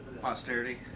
Posterity